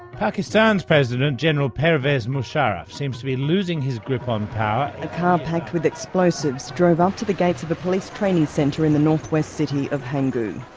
pakistan's president, general pervez musharaf, seems to be losing his grip on power. a car packed with explosives drove off to the gates of the police training centre in the north-west city of pangu.